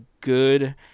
good